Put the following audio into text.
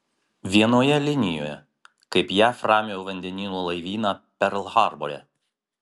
vienoje linijoje kaip jav ramiojo vandenyno laivyną perl harbore